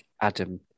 Adam